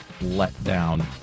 letdown